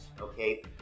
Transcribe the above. okay